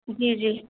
जी जी